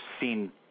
seen